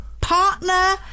partner